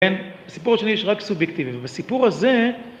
בסיפור השני יש רק סובייקטיבי, ובסיפור הזה...